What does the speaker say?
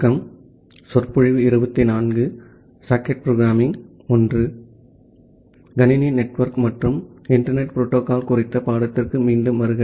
computer networks and internet protocol குறித்த பாடத்திற்கு மீண்டும் வாருங்கள்